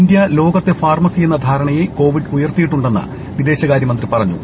India ലോകത്തെ ഫാർമസിയെന്ന ധാരണയെ കോവിഡ് ഉയർത്തിയിട്ടുണ്ടെന്ന് വിദേശകാര്യ മന്ത്രി പറഞ്ഞു